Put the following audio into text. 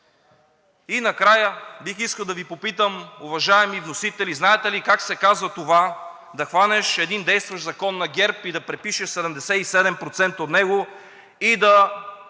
И накрая бих искал да Ви попитам, уважаеми вносители, знаете ли как се казва това да хванеш един действащ закон на ГЕРБ и да препишеш 77% от него, и да